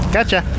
Gotcha